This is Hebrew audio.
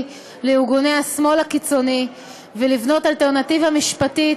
לארגוני השמאל הקיצוני ולבנות אלטרנטיבה משפטית